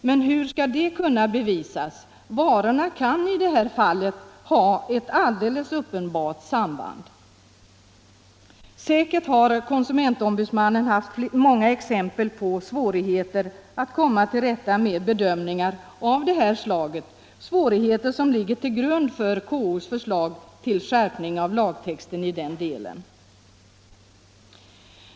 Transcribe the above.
Men hur skall det kunna bevisas? Varorna kan i det här fallet ha ett alldeles uppenbart samband. Säkert har konsumentombudsmannen haft många exempel på svårigheter att komma till rätta med bedömningar av det här slaget, svårigheter som ligger till grund för KO:s förslag till skärpning av lagtexten i den delen.